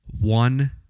One